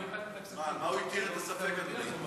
במה הוא התיר את הספק, אדוני?